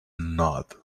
nod